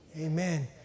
amen